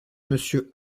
monsieur